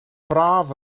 braf